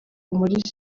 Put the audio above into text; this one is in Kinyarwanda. muri